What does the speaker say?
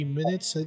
minutes